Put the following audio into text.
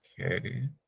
Okay